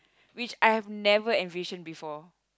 which I have never envision before